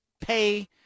pay